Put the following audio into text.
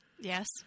Yes